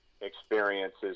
experiences